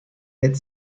hit